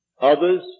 Others